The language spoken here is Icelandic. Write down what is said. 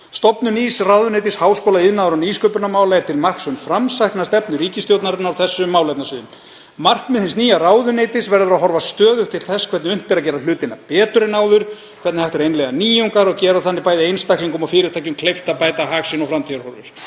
„Stofnun nýs ráðuneytis háskóla-, iðnaðar- og nýsköpunarmála er til marks um framsækna stefnu ríkisstjórnarinnar á þessum málefnasviðum. Markmið hins nýja ráðuneytis verður að horfa stöðugt til þess hvernig unnt er að gera hlutina betur en áður, hvernig hægt er að innleiða nýjungar og gera þannig bæði einstaklingum og fyrirtækjum kleift að bæta hag sinn og framtíðarhorfur.